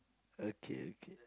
okay okay